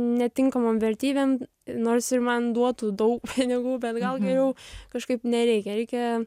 netinkamom vertybėm nors ir man duotų daug pinigų bet gal geriau kažkaip nereikia reikia